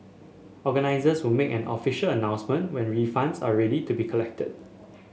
organisers will make an official announcement when refunds are ready to be collected